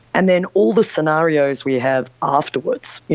and then all the scenarios we have afterwards,